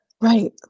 right